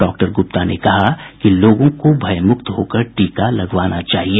doctor Gupta ने कहा कि लोगों को भयमुक्त होकर टीका लगवाना चाहिए